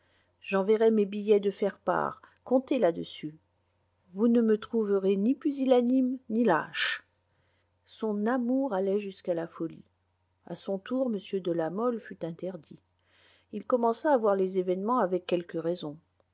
j'enverrai mes billets de faire part comptez là-dessus vous ne me trouverez ni pusillanime ni lâche son amour allait jusqu'à la folie a son tour m de la mole fut interdit il commença à voir les événements avec quelque raison